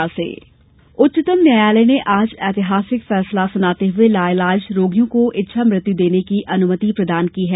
इच्छा मृत्यु उच्चतम न्यायालय ने आज ऐतिहासिक फैसला सुनाते हुए लाइलाज रोगियों को इच्छा मृत्य देने की अनुमति प्रदान कर दी है